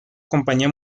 compañía